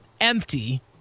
empty